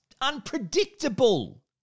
unpredictable